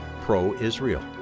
pro-Israel